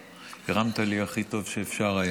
הרמת לי הכי טוב שהיה אפשר.